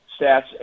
stats